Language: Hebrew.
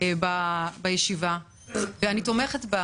אני תומכת בה